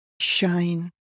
Shine